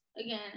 again